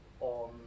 on